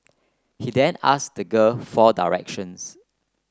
he then asked the girl for directions